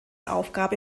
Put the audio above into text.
aufgabe